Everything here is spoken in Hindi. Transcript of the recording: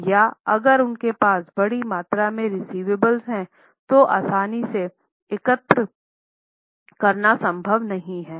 या अगर उनके पास बड़ी मात्रा में रेसिवाबलेस है जो आसानी से एकत्र करना संभव नहीं है